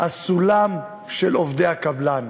הסולם של עובדי הקבלן.